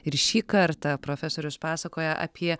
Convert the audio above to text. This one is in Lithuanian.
ir šį kartą profesorius pasakoja apie